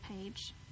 page